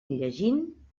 llegint